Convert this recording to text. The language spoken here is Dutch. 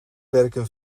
werken